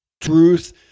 truth